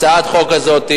הצעת החוק הזאת,